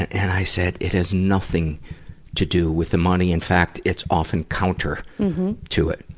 and i said, it has nothing to do with the money in fact, it's often counter to it.